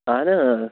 اَہنہٕ